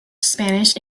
spanish